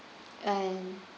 and